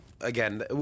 again